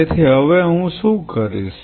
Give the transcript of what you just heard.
તેથી હવે હું શું કરીશ